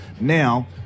now